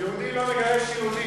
יהודי לא מגרש יהודי.